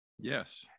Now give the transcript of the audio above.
Yes